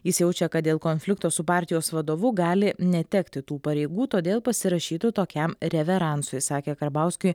jis jaučia kad dėl konflikto su partijos vadovu gali netekti tų pareigų todėl pasirašytų tokiam reveransui sakė karbauskiui